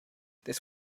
this